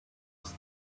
was